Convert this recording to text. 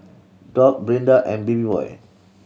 Doug Brinda and Babyboy